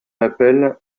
appelle